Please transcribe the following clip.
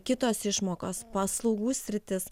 kitos išmokos paslaugų sritis